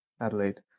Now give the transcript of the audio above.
adelaide